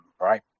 right